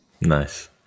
nice